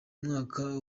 mwaka